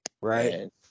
Right